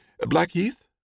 Blackheath